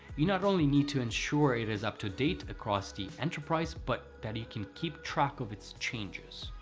we not only need to ensure it is up-to-date across the enterprise, but that it can keep track of its changes.